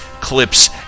clips